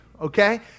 Okay